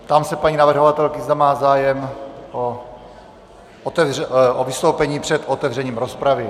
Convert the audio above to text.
Ptám se paní navrhovatelky, zda má zájem o vystoupení před otevřením rozpravy.